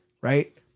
right